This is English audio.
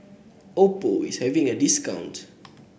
Oppo is having a discount